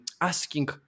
asking